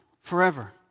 forever